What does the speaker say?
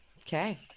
Okay